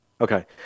Okay